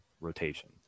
rotation